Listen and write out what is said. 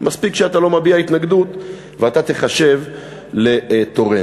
מספיק שאתה לא מביע התנגדות ואתה תיחשב לתורם.